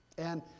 and